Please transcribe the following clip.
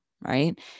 Right